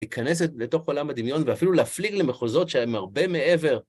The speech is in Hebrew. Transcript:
להיכנס לתוך עולם הדמיון ואפילו להפליג למחוזות שהם הרבה מעבר.